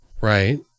Right